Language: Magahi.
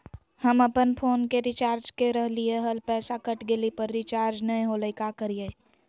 हम अपन फोन के रिचार्ज के रहलिय हल, पैसा कट गेलई, पर रिचार्ज नई होलई, का करियई?